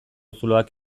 zuloak